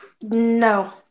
No